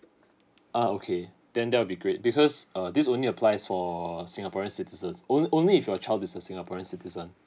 uh okay then that will be great because uh this only applies for singaporean citizens only only if your child is a singaporean citizen